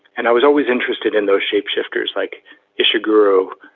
and i was always interested in those shapeshifters, like ishiguro